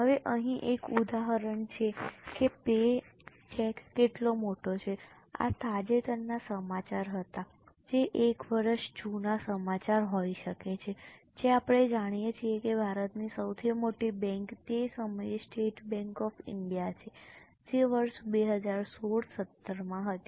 હવે અહીં એક ઉદાહરણ છે કે પે ચેક કેટલો મોટો છે આ તાજેતરના સમાચાર હતા જે એક વર્ષ જૂના સમાચાર હોઈ શકે છે જે આપણે જાણીએ છીએ કે ભારતની સૌથી મોટી બેંક તે સમયે સ્ટેટ બેંક ઓફ ઈન્ડિયા છે જે વર્ષ 16 17 માં હતી